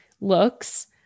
looks